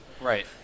Right